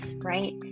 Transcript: right